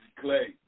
clay